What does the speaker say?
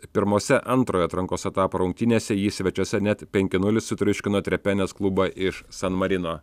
pirmose antrojo atrankos etapo rungtynėse ji svečiuose net penki nulis sutriuškino trepenes klubą iš san marino